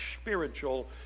spiritual